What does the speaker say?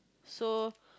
so